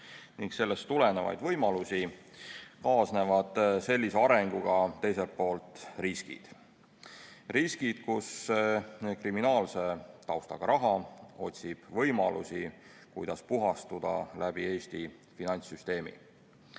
ning sellest tulenevaid võimalusi, kaasnevad sellise arenguga teiselt poolt riskid. Riskid, kus kriminaalse taustaga raha otsib võimalusi, kuidas puhastuda Eesti finantssüsteemi